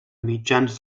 mitjans